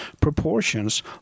proportions